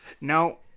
No